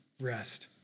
rest